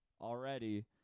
already